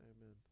Amen